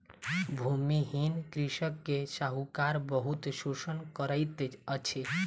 भूमिहीन कृषक के साहूकार बहुत शोषण करैत अछि